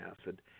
acid